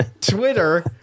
Twitter